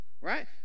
Right